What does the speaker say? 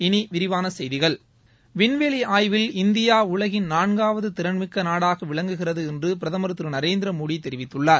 இனி விரிவான செய்திகள் விண்வெளி ஆய்வில் இந்தியா உலகின் நான்காவது திறன்மிக்க நாடாக விளங்குகிறது என்று பிரதமர் திரு நரேந்திரமோட தெரிவித்துள்ளார்